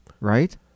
Right